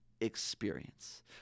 experience